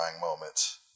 moments